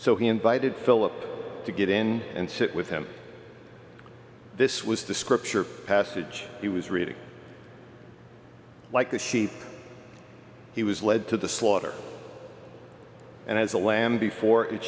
so he invited philip to get in and sit with him this was the scripture passage he was reading like a sheet he was led to the slaughter and as a lamb before it